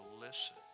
listen